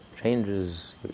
changes